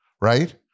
right